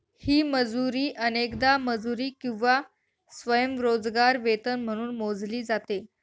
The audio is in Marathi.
ही मजुरी अनेकदा मजुरी किंवा स्वयंरोजगार वेतन म्हणून मोजली जाते